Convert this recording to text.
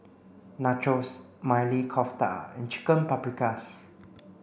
Nachos Maili Kofta and Chicken Paprikas